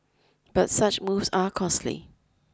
but such moves are costly